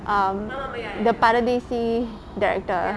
um the Paradesi director